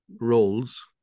roles